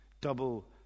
double